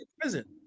present